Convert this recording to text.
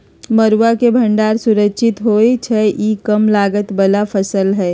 मरुआ के भण्डार सुरक्षित होइ छइ इ कम लागत बला फ़सल हइ